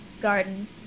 garden